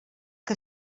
que